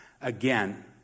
again